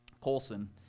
Colson